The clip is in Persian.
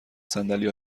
صندلی